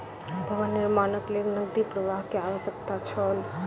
भवन निर्माणक लेल नकदी प्रवाह के आवश्यकता छल